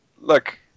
look